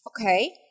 Okay